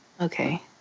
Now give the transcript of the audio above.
okay